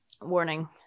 Warning